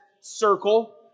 circle